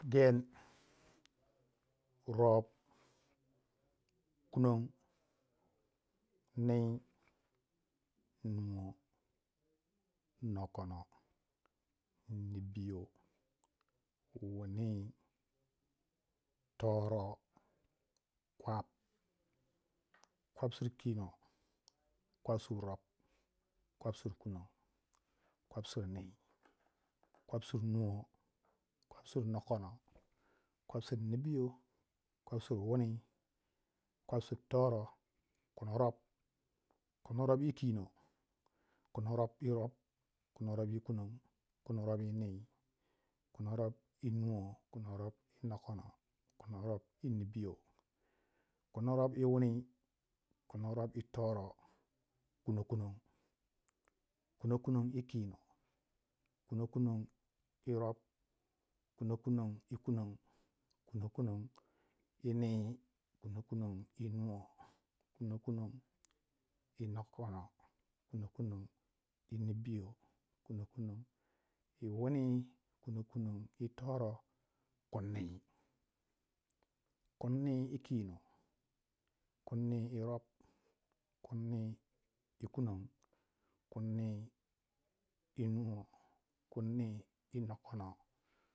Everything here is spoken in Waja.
gen rop kunon niii nuwo nokono nibiyo wuni toro kwap kwapsir kino kwapsir rop kwapsir kunong kwapsir nii kwapsir nuwo kwapsir nokono kwapsir wuni kwapsir toro kunorob, kunorob sur kino kunorob sur rop kunorob sur ni kunorob sur kunon kunorob sir nii kunorob sur nuwo kunorob sur nokono kunorob sur wuni kunorob sur toro kunokunon, kunokunon sur kino kunokunon sir rop kunokunon sir kunon kunokunon sir nii kunokunon sir nuwo kunokunon sir nokono kunokunon sur nibiyo, kuno kunon sur wuni kunokunon sur toro kunni kunni sur kino kunni sur rop kunni sur kunon kunni sur ni kunni sur nuwo kunni sur nokono kunni sur nibiyo kunni sur wuni kunni sur toro kunnuwo kunnuwo sur siko kunnuwo sur rop kunnuwo sur kunon kunnuwo sur nii kunno sur nuwo kunnuwo sur nokono